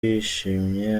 yishimye